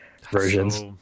versions